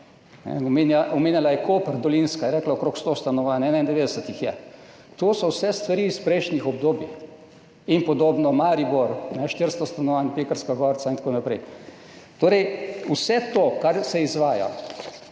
Omenjala je Koper, Dolenjsko, rekla je okrog 100 stanovanj, 91 jih je, to so vse stvari iz prejšnjih obdobij, podobno tudi Maribor – 400 stanovanj, Pekrska gorca in tako naprej. Torej, vse to, kar se izvaja,